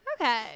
Okay